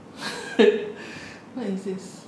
what is this